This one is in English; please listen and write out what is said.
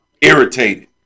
irritated